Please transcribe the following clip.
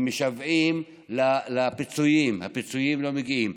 הם משוועים לפיצויים, הפיצויים לא מגיעים.